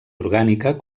orgànica